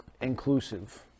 inclusive